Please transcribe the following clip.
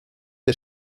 der